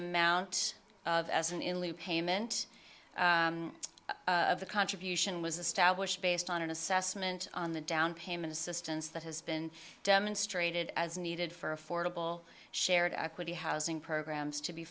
amount of as an elite payment of the contribution was established based on an assessment on the downpayment assistance that has been demonstrated as needed for affordable shared equity housing programs to be